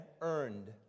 earned